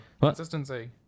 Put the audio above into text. consistency